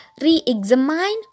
re-examine